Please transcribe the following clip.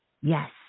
Yes